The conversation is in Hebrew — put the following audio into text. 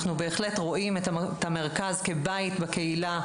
אנחנו בהחלט רואים את המרכז כבית בקהילה,